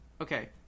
Okay